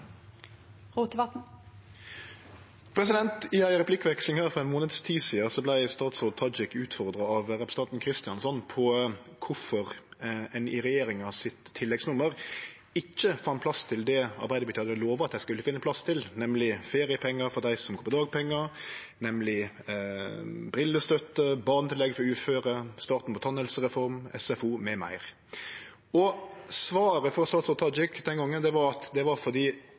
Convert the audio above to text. I ei replikkveksling her for ein månads tid sidan vart statsråd Tajik utfordra av representanten Kristjánsson om kvifor ein i regjeringa sitt tilleggsnummer ikkje fann plass til det Arbeidarpartiet hadde lova dei skulle finne plass til, nemleg feriepengar for dei som går på dagpengar, brillestøtte, barnetillegg for uføre, starten på tannhelsereform, SFO m.m. Svaret frå statsråd Tajik den gongen var at det var fordi